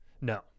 No